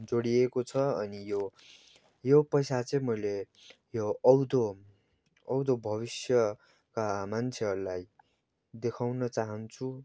जोडिएको छ अनि यो यो पैसा चाहिँ मैले यो आउँदो आउँदो भविष्यका मान्छेहरूलाई देखाउन चाहन्छु